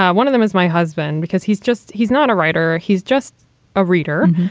ah one of them is my husband, because he's just he's not a writer. he's just a reader.